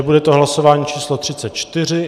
Bude to hlasování číslo 34.